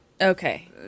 okay